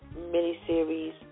miniseries